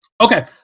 Okay